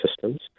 systems